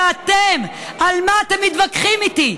ואתם, על מה אתם מתווכחים איתי?